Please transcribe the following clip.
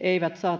eivät saa